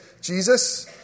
Jesus